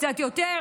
קצת יותר,